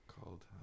called